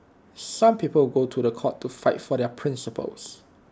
some people go to The Court to fight for their principles